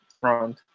front